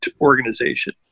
organization